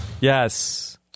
Yes